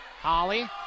Holly